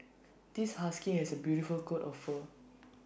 this husky has A beautiful coat of fur